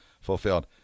fulfilled